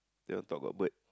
there on top got bird